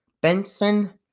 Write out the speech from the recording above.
Benson